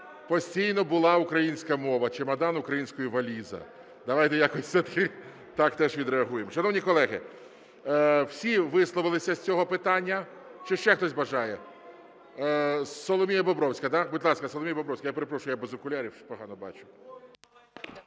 постійно була українська мова. "Чемодан" українською "валіза". Давайте якось все-таки так теж відреагуємо. Шановні колеги, всі висловилися з цього питання. Чи ще хтось бажає? Соломія Бобровська, так? Будь ласка, Соломія Бобровська. Я перепрошую, я без окулярів погано бачу.